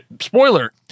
spoiler